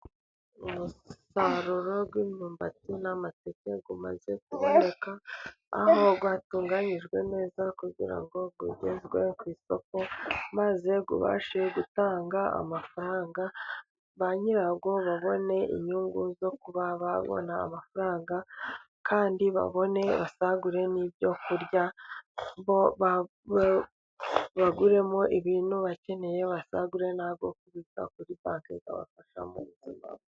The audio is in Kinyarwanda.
Umusaruro w'imyumbati n'amateke umaze kuboneka aho watunganijwe neza kugira ngo ugezwe ku isoko maze ubashe gutanga amafaranga, ba nyirawo babone inyungu zo kuba babona amafaranga kandi basagure n'ibyo kurya, boguremo ibintu bakeneye basagure nayo kibitsa kuri banki akabafasha.